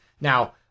Now